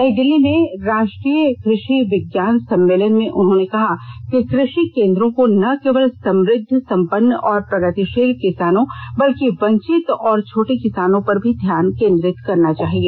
नई दिल्ली में राष्ट्रीय कृषि विज्ञान सम्मेलन में उन्होंने कहा कि कृषि केन्द्रों को न केवल समृद्ध संपन्न और प्रगतिशील किसानों बल्कि वंचित और छोटे किसानों पर भी ध्यान केन्द्रित करना चाहिए